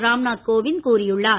ராம்நாத் கோவிந்த் கூறியுள்ளார்